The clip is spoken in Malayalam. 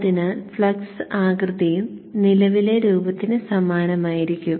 അതിനാൽ ഫ്ലക്സ് ആകൃതിയും നിലവിലെ രൂപത്തിന് സമാനമായിരിക്കും